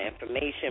information